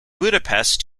budapest